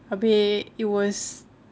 abeh it was